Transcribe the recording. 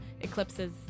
eclipses